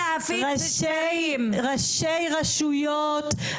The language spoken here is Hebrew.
ראשי רשויות,